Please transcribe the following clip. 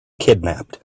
kidnapped